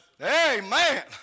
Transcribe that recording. Amen